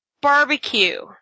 barbecue